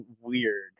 weird